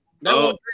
No